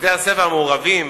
בבתי-הספר המעורבים,